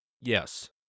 Yes